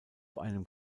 einem